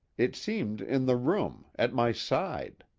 it seemed in the room at my side.